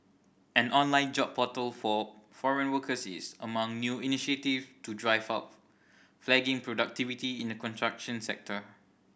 an online job portal for foreign workers is among new initiatives to drive of flagging productivity in the construction sector